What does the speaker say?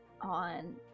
on